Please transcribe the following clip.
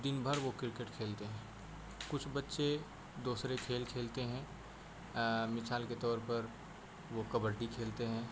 دن بھر وہ کرکٹ کھیلتے ہیں کچھ بچے دوسرے کھیل کھیلتے ہیں مثال کے طور پر وہ کبڈی کھیلتے ہیں